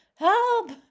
help